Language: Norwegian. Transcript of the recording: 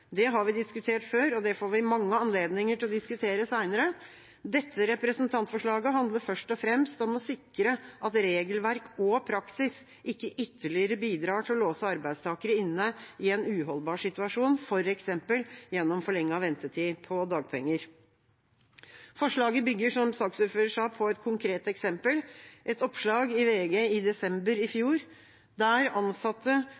Det har vi diskutert før, og det får vi mange anledninger til å diskutere senere. Dette representantforslaget handler først og fremst om å sikre at regelverk og praksis ikke ytterligere bidrar til å låse arbeidstakere inne i en uholdbar situasjon, f.eks. gjennom forlenget ventetid på dagpenger. Forslaget bygger, som saksordføreren sa, på et konkret eksempel – et oppslag i VG i desember i